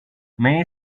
many